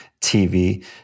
TV